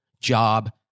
job